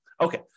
Okay